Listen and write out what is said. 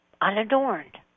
unadorned